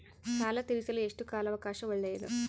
ಸಾಲ ತೇರಿಸಲು ಎಷ್ಟು ಕಾಲ ಅವಕಾಶ ಒಳ್ಳೆಯದು?